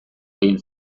egin